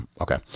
Okay